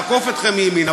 לעקוף אתכם מימין,